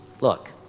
look